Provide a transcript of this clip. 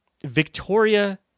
Victoria